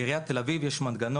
בעיריית תל אביב יש מנגנון.